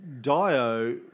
Dio